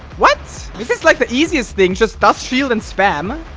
what this is like the easiest thing just dust shield and spam